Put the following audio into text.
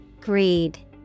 Greed